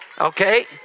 Okay